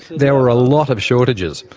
there were a lot of shortages,